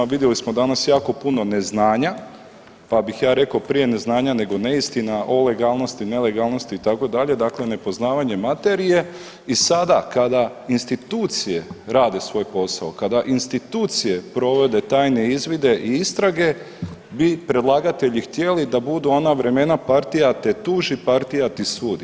Vidjeli smo danas jako puno neznanja, pa bih ja rekao prije neznanja nego neistina o legalnosti, nelegalnosti itd., dakle nepoznavanje materije i sada kada institucije rade svoj posao, kada institucije provode tajne izvide i istrage bi predlagatelji htjeli da budu ona vremena partija te tuži, partija ti sudi.